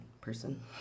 person